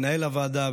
מנהל הוועדה,